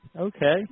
Okay